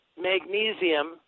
magnesium